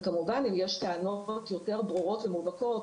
כמובן אם יש טענות יותר ברורות ומובהקות